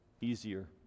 easier